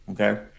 Okay